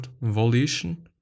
volition